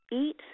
Eat